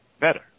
better